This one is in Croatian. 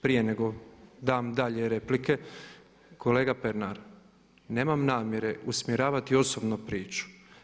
Prije nego dam dalje replike kolega Pernar nemam namjere usmjeravati osobno priču.